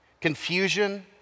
confusion